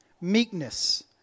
meekness